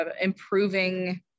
improving